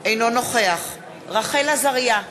אינו נוכח רחל עזריה,